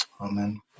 Amen